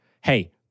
Hey